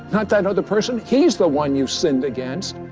not that other person, he's the one you've sinned against,